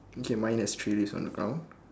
okay mine has three leaves on the ground